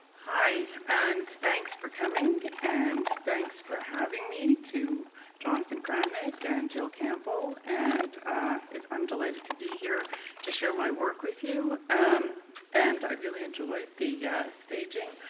hi and thanks for coming and thanks for having me to jonathan kramnik and jill campbell and ah i'm delighted to be here to share my work with you um and i really enjoyed the yeah staging